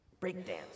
Breakdance